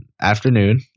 afternoon